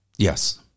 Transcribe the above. Yes